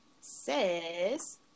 says